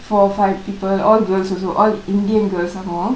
four five people all girls also all indian girls somemore